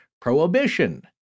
prohibition